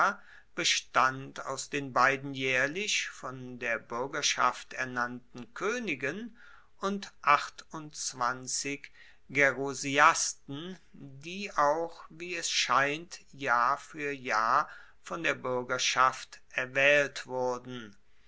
bestand aus den beiden jaehrlich von der buergerschaft ernannten koenigen und achtundzwanzig gerusiasten die auch wie es scheint jahr fuer jahr von der buergerschaft erwaehlt wurden